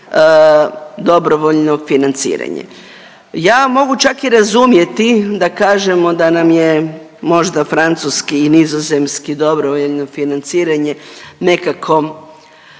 dobrovoljno financiranje. Ja mogu čak i razumjeti da kažemo da nam je možda francuski i nizozemski, dobrovoljno financiranje, nekako,